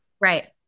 Right